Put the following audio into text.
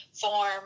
form